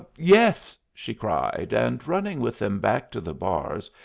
yes! she cried, and, running with them back to the bars,